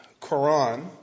Quran